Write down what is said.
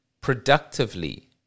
productively